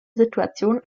situation